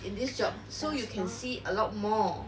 in this job so you can see a lot more